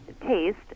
taste